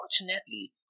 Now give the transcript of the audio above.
unfortunately